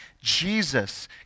Jesus